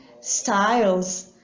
styles